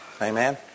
Amen